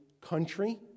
country